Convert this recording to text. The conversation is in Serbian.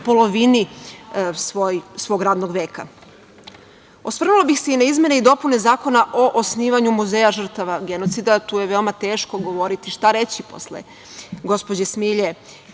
polovini svog radnog veka. Osvrnula bih se i na izmene i dopune Zakona o osnivanju Muzeja žrtava genocida. To je veoma teško govoriti, jer, šta reći posle gospođe Smilje